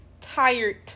tired